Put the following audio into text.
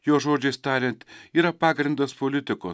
jo žodžiais tariant yra pagrindas politikos